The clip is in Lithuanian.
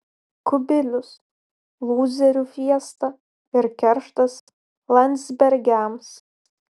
kubilius lūzerių fiesta ir kerštas landsbergiams